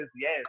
Yes